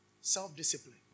Self-discipline